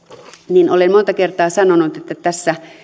niin olen monta kertaa sanonut että tässä